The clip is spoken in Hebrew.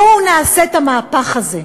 בואו נעשה את המהפך הזה.